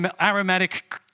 aromatic